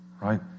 Right